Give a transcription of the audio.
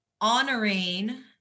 honoring